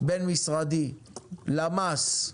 בין משרדי למ"ס,